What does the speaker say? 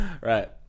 right